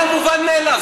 זה מובן מאליו.